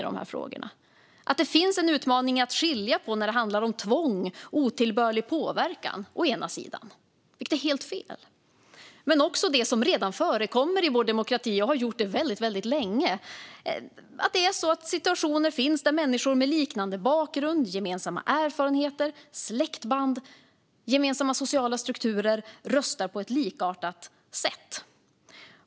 Det finns en utmaning i att skilja på å ena sidan tvång och otillbörlig påverkan, vilket är helt fel, och å andra sidan något som redan förekommer i vår demokrati och har gjort det väldigt länge, nämligen att det finns situationer där människor med liknande bakgrund, gemensamma erfarenheter, släktband och gemensamma sociala strukturer röstar på ett likartat sätt.